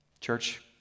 Church